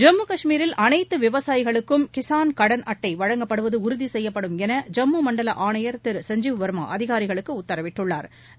ஜம்மு காஷ்மீரில் அனைத்து விவசாயிகளுக்கும் கிசான் கடன் அட்டை வழங்கப்படுவது உறுதி செய்யப்படும் என ஜம்மு மண்டல ஆணையா் திரு சஞ்ஜிவ் வா்மா அதிகாரிகளுக்கு உத்தரவிட்டுள்ளாா்